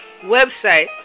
website